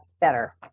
better